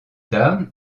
tard